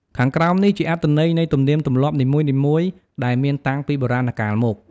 ខាងក្រោមនេះជាអត្ថន័យនៃទំនៀមទម្លាប់នីមួយៗដែលមានតាំងពីបុរាណកាលមក។